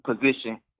position